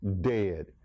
dead